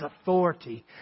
authority